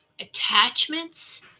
attachments